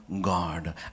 God